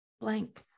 blank